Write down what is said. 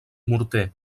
morter